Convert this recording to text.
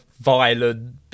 violent